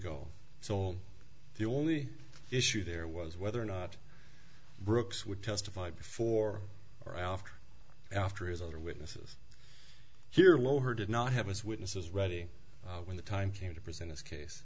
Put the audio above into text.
go so the only issue there was whether or not brooks would testify before or after after his other witnesses here well over did not have his witnesses ready when the time came to present his case